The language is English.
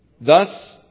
Thus